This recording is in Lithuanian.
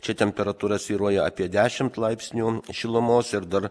čia temperatūra svyruoja apie dešimt laipsnių šilumos ir dar